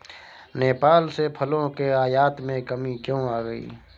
नेपाल से फलों के आयात में कमी क्यों आ गई?